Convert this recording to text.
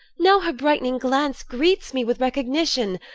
now her bright'ning glance greets me with recognition,